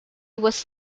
was